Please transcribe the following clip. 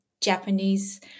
Japanese